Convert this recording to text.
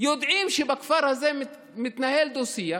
יודעים שבכפר הזה מתנהל דו-שיח,